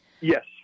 Yes